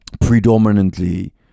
predominantly